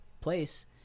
place